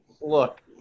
look